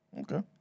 Okay